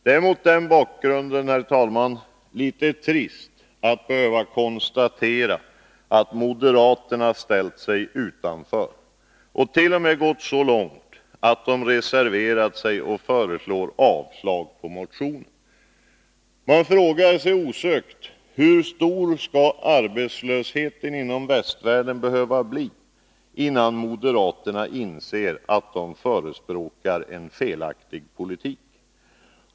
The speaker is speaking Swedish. Det är mot den bakgrunden, herr talman, litet trist att behöva konstatera Nr 88 att moderaterna ställt sig utanför och t.o.m. gått så långt att de reserverat sig Onsdagen den och yrkat avslag på motionen. Man frågar sig osökt hur stor arbetslösheten 2 mars 1983 inom västvärlden skall behöva bli, innan moderaterna inser att de förespråkar en felaktig politik.